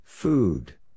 Food